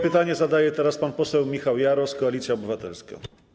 Pytanie zadaje teraz pan poseł Michał Jaros, Koalicja Obywatelska.